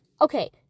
okay